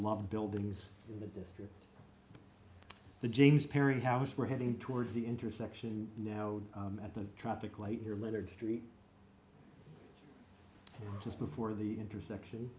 beloved buildings in the district the james perry house we're heading towards the intersection now at the traffic light your littered street just before the intersection